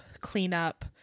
cleanup